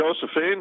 Josephine